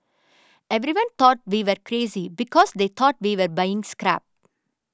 everyone thought we were crazy because they thought we were buying scrap